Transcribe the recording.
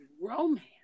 romance